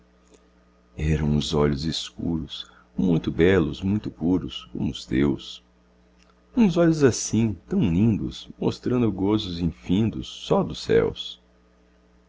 eram uns olhos escuros muito belos muito puros como os teus uns olhos assim tão lindos mostrando gozos infindos só dos céus